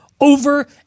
over